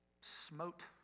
smote